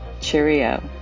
Cheerio